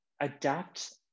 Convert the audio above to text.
adapt